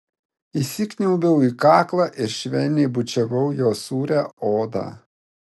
įsikniaubiau į kaklą ir švelniai bučiavau jo sūrią odą